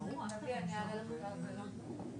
אני אתן לך להתייחס.